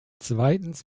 zweitens